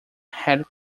had